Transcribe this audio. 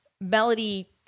Melody